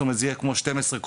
זאת אומרת, זה יהיה כמו 12 קומות.